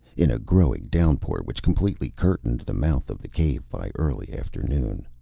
in a growing downpour which completely curtained the mouth of the cave by early afternoon.